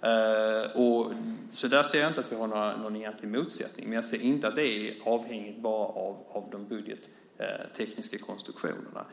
Där ser jag alltså inte att vi har någon egentlig motsättning. Men jag ser inte att detta är avhängigt bara av de budgettekniska konstruktionerna.